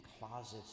closets